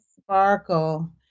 Sparkle